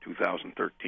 2013